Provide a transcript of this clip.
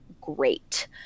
great